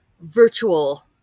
virtual